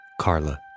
Carla